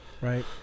right